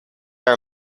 are